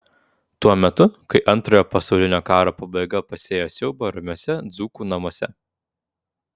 tuo metu kai antrojo pasaulinio karo pabaiga pasėjo siaubą ramiuose dzūkų namuose